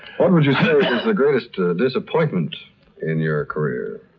what would you say is the greatest disappointment in your career?